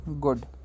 good